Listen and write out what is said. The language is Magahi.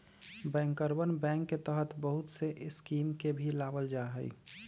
बैंकरवन बैंक के तहत बहुत से स्कीम के भी लावल जाहई